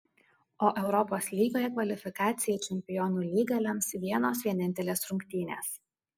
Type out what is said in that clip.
o europos lygoje kvalifikaciją į čempionų lygą lems vienos vienintelės rungtynės